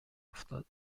افتاد